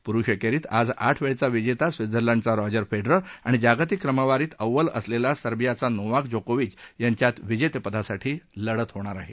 पुरुष एकेरीत आज आठ वेळचा विजेता स्वित्झर्लंडचा रॉजर फेडरर आणि जागतिक क्रमवारीत अव्वल असलेला सर्बियाचा नोवाक जोकोविच यांच्यात विजेतेपदासाठी लढत होणार आहे